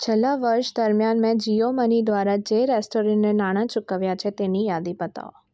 છેલ્લાં વર્ષ દરમિયાન મેં જીઓ મની દ્વારા જે રેસ્ટોરન્ટને નાણાં ચૂકવ્યાં છે તેની યાદી બતાવો